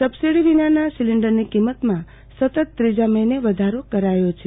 subsidy વિનાના સિલિન્ડરની કિંમતમાં સતત ત્રીજા મહિને વધારો કરાયો છે